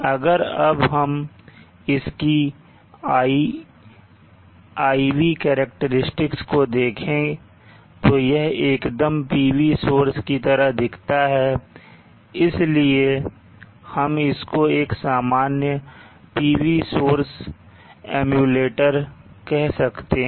अगर अब हम इसकी IV करैक्टेरिस्टिक्स को देखें तो यह एकदम PV सोर्स की तरह दिखता है इसलिए हम इसको एक सामान्य PV सोर्स एम्युलेटर कह सकते हैं